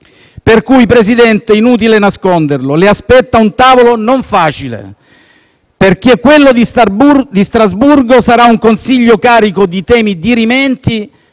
signor Presidente, è inutile nascondere che l'aspetta un tavolo non facile, perché quello di Strasburgo sarà un Consiglio carico di temi dirimenti